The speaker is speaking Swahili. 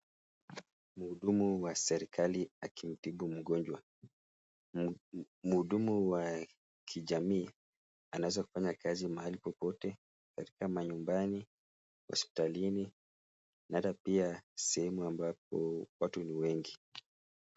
Muhumudu wa serikali akimtibu mugonjwa, muhudumu wa kijamii aweza kufanya kazi Mahali popote katika manyumbani ,hospitalini na hata pia sehemu ambapo watu ni wengi